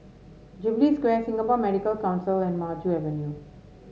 Jubilee Square Singapore Medical Council and Maju Avenue